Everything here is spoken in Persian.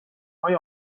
های